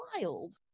wild